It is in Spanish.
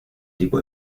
tipo